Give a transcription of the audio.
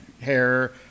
hair